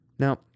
Now